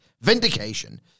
Vindication